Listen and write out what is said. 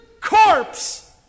corpse